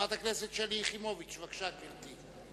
חברת הכנסת שלי יחימוביץ, בבקשה, גברתי.